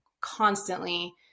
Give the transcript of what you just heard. constantly